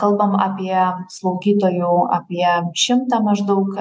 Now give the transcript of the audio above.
kalbam apie slaugytojų apie šimtą maždaug